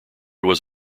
was